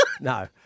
No